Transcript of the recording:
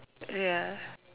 ya